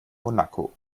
monaco